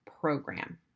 program